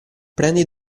prendi